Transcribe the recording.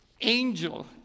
angel